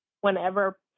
whenever